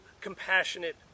compassionate